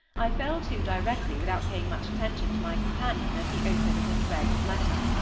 i fell to directly without paying much attention to my companion as he opened and read his letter.